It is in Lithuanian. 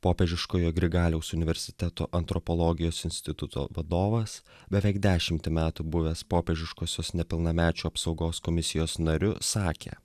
popiežiškojo grigaliaus universiteto antropologijos instituto vadovas beveik dešimtį metų buvęs popiežiškosios nepilnamečių apsaugos komisijos nariu sakė